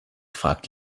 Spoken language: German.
fragt